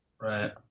Right